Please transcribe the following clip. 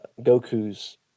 Goku's